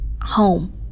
home